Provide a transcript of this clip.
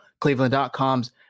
Cleveland.com's